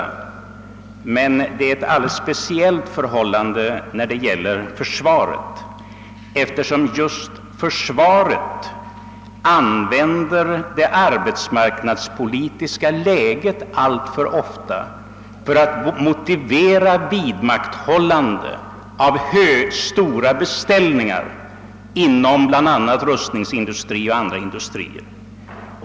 Beträffande försvaret råder emellertid ett alldeles speciellt förhållande, eftersom just försvaret alltför ofta använder det marknadspolitiska läget för att motivera stora beställningar inom rustningsindustri och andra industrier.